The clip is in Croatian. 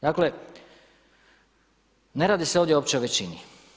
Dakle, ne radi se ovdje uopće o većini.